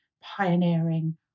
pioneering